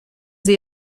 sie